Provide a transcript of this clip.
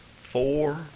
four